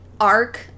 arc